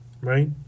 right